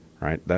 right